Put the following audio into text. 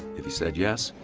if he said yes,